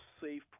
safe